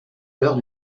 l’heure